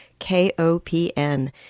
KOPN